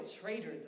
traitor